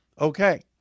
Okay